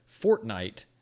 Fortnite